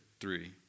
three